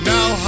Now